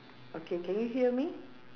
okay can you hear me